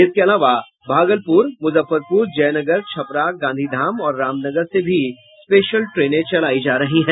इसके अलावा भागलपुर मुजफ्फरपुर जयनगर छपरा गांधीधाम और रामनगर से भी स्पेशल ट्रेन चलायी जा रही हैं